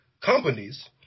companies